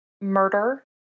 murder